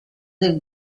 del